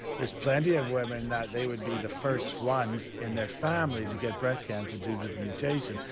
there's plenty of women that they would be the first ones in their family to get breast cancer due to the mutation,